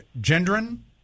Gendron